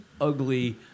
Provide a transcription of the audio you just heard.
ugly